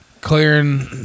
Clearing